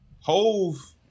Hove